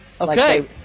Okay